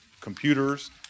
computers